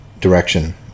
direction